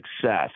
success